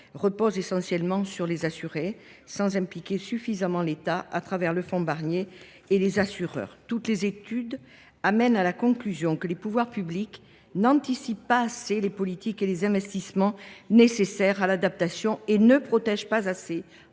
repose essentiellement sur les assurés, sans impliquer suffisamment l’État, au travers du fonds Barnier, et les assureurs. Toutes les études aboutissent à la conclusion que les pouvoirs publics n’anticipent pas assez les politiques et les investissements nécessaires à l’adaptation et qu’ils ne protègent pas